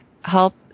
help